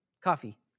coffee